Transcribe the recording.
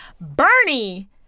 bernie